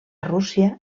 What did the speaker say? rússia